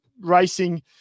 racing